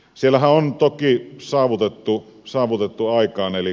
siellähän on toki saatu aikaan